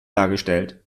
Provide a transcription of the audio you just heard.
dargestellt